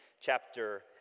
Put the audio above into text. chapter